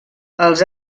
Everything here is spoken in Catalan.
els